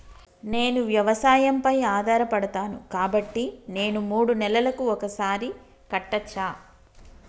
నేను వ్యవసాయం పై ఆధారపడతాను కాబట్టి నేను మూడు నెలలకు ఒక్కసారి కట్టచ్చా?